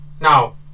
Now